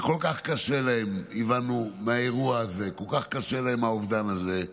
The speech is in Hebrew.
הבנו שכל כך קשה להורים עם האירוע הזה וכל כך קשה להם האובדן הזה.